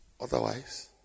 Otherwise